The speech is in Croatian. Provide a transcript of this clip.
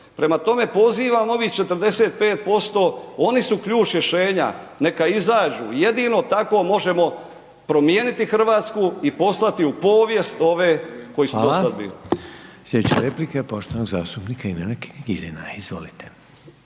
Prema tome, pozivam ovih 45%, oni su ključ rješenja, neka izađu, jedino tako možemo promijeniti Hrvatsku i poslati povijest ove koji su dosad bili. **Reiner, Željko (HDZ)** Hvala. Slijedeća replika je poštovanog zastupnika Ivana Kirina, izvolite.